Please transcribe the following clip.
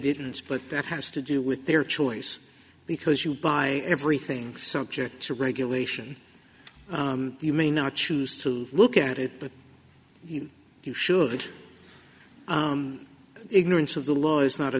didn't but that has to do with their choice because you buy everything subject to regulation you may not choose to look at it but you should ignorance of the law is not a